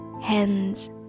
hands